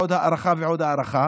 עוד הארכה ועוד הארכה,